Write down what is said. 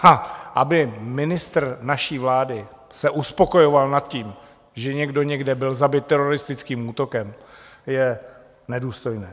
A aby ministr naší vlády se uspokojoval nad tím, že někdo někde byl zabit teroristickým útokem, je nedůstojné.